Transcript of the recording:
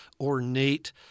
ornate